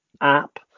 app